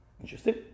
Interesting